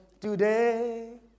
today